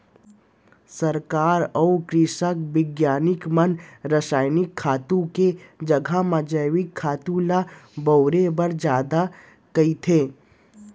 सरकार अउ कृसि बिग्यानिक मन रसायनिक खातू के जघा म जैविक खातू ल बउरे बर जादा कथें